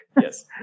Yes